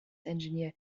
engineer